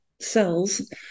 cells